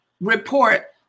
report